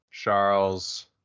Charles